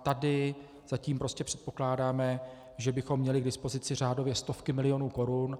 Tady zatím prostě předpokládáme, že bychom měli k dispozici řádově stovky milionů korun.